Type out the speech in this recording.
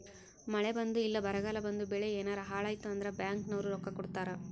ಮಳೆ ಬಂದು ಇಲ್ಲ ಬರಗಾಲ ಬಂದು ಬೆಳೆ ಯೆನಾರ ಹಾಳಾಯ್ತು ಅಂದ್ರ ಬ್ಯಾಂಕ್ ನವ್ರು ರೊಕ್ಕ ಕೊಡ್ತಾರ